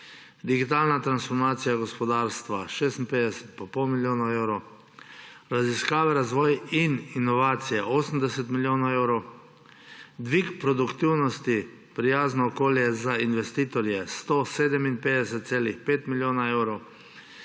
digitalna transformacija gospodarstva – 56,5 milijona evrov; petič, raziskave, razvoj in inovacije – 80 milijonov evrov; šestič, dvig produktivnosti, prijazno okolje za investitorje – 157,5 milijona evrov;